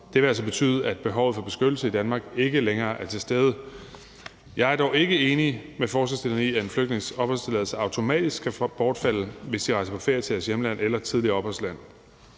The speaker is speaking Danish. Det vil altså betyde, at behovet for beskyttelse i Danmark ikke længere er til stede. Jeg er dog ikke enig med forslagsstillerne i, at en flygtnings opholdstilladelse automatisk skal bortfalde, hvis de rejser på ferie til deres hjemland eller tidligere opholdsland.